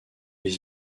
ils